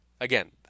Again